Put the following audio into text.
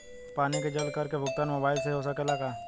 पानी के जल कर के भुगतान मोबाइल से हो सकेला का?